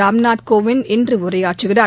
ராம்நாத் கோவிந்த் இன்று உரையாற்றுகிறார்